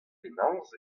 penaos